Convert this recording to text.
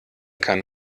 kann